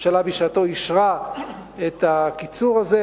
הממשלה בשעתה אישרה את הקיצור הזה,